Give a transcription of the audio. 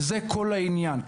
וזה כל העניין.